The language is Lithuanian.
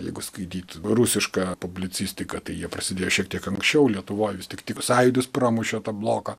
jeigu skaityt rusišką publicistiką tai jie prasidėjo šiek tiek anksčiau lietuvoje vis tik tik sąjūdis pramušė tą bloką